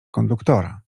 konduktora